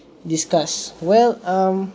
discuss well um